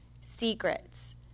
secrets